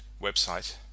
website